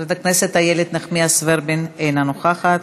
חברת הכנסת איילת נחמיאס ורבין, אינה נוכחת,